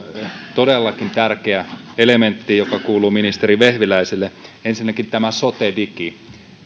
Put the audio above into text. todellakin tärkeä elementti joka kuuluu ministeri vehviläiselle ensinnäkin tämä sotedigi